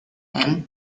and